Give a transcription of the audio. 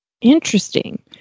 Interesting